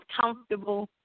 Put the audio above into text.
comfortable